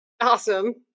Awesome